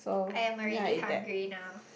I am already hungry now